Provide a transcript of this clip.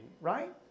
right